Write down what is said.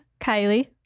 Kylie